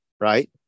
Right